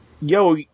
Yo